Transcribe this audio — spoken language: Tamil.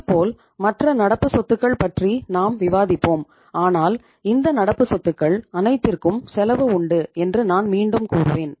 இதேபோல் மற்ற நடப்பு சொத்துக்கள் பற்றி நாம் விவாதிப்போம் ஆனால் இந்த நடப்பு சொத்துக்கள் அனைத்திற்கும் செலவு உண்டு என்று நான் மீண்டும் கூறுவேன்